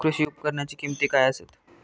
कृषी उपकरणाची किमती काय आसत?